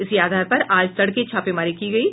इसी आधार पर आज तड़के छापेमारी की गयी